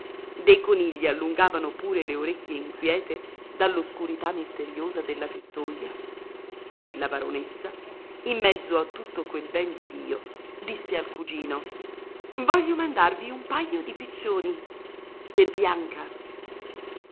dei conigli allungavano pure le orecchie inquiete dall'oscurità misteriosa della legnaia e la baronessa in mezzo a tutto quel ben di dio disse al cugino voglio mandarvi un paio di piccioni per bianca